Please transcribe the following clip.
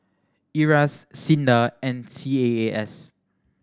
IRAS SINDA and C A A S